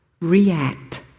react